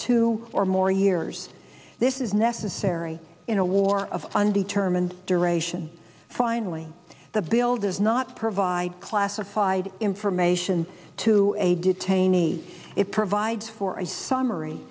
two or more years this is necessary in a war of undetermined duration finally the bill does not provide classified information to a detainees it provides for a summary